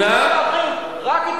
קיבוצים מותר להחרים לפי החוק הזה.